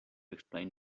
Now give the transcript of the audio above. explain